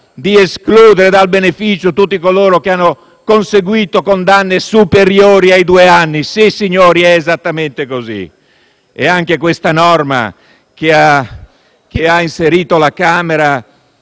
di escludere dal beneficio tutti coloro che hanno conseguito condanne superiori ai due anni, è esattamente così. Anche la norma inserita dalla Camera,